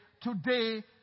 today